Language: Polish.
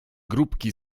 grupki